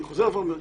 אני חוזר ואומר,